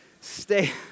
Stay